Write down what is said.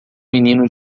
menino